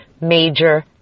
major